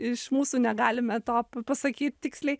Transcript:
iš mūsų negalime to pasakyt tiksliai